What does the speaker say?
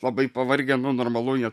labai pavargę nu normalu jie